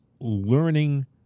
learning